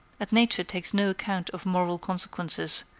and nature takes no account of moral consequences,